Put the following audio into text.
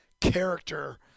character